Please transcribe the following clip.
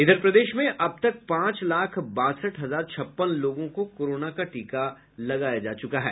इधर प्रदेश में अब तक पांच लाख बासठ हजार छप्पन लोगों को कोरोना का टीका का लगाया जा चुका है